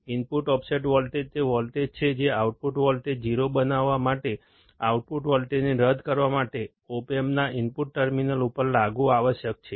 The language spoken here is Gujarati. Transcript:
ઇનપુટ ઓફસેટ વોલ્ટેજ તે વોલ્ટેજ છે જે આઉટપુટ વોલ્ટેજ 0 બનાવવા માટે આઉટપુટ વોલ્ટેજને રદ કરવા માટે ઓપ એમ્પના ઇનપુટ ટર્મિનલ્સ ઉપર લાગુ કરવા આવશ્યક છે